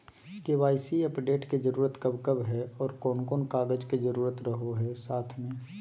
KYC update के जरूरत कब कब है और कौन कौन कागज के जरूरत रहो है साथ में?